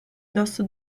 dosso